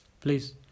please